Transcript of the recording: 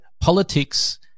Politics